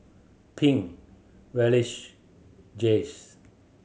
Pink Raleigh Jace